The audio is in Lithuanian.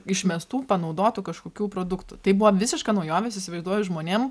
išmestų panaudotų kažkokių produktų tai buvo visiška naujovė jūs įsivaizduoju žmonėm